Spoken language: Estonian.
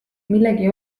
millegi